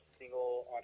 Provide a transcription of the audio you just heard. single